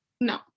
No